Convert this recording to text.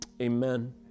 amen